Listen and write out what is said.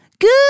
Good